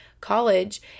college